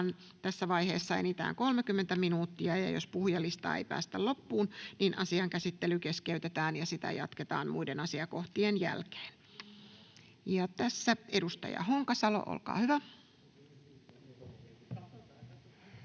tässä vaiheessa enintään 30 minuuttia. Jos puhujalistaa ei päästä loppuun, asian käsittely keskeytetään ja sitä jatketaan muiden asiakohtien jälkeen. — Edustaja Honkasalo, olkaa hyvä.